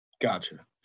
Gotcha